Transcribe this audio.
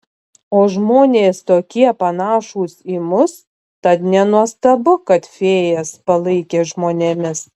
o žmonės tokie panašūs į mus tad nenuostabu kad fėjas palaikė žmonėmis